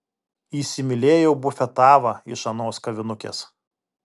įsimylėjau bufetavą iš anos kavinukės